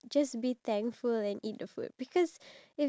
do you tend to complain about food